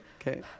Okay